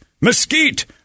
mesquite